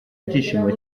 ibyishimo